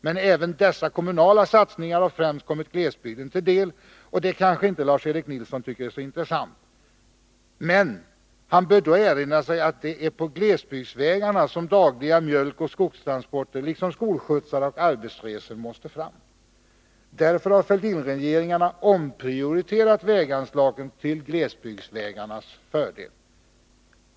Men även dessa kommunala satsningar har främst kommit glesbygden till del, och det kanske inte Larserik Nilsson tycker är så intressant. Men han bör då erinra sig att det är på glesbygdsvägarna som dagliga mjölkoch skogstransporter liksom skolskjutsar och arbetsresor måste fram. Därför har Fälldinregeringarna omprioriterat väganslagen till glesbygdsvägarnas fördel.